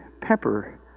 pepper